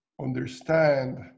understand